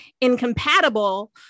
incompatible